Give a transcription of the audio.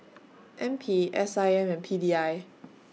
N P S I M and P D I